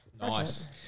Nice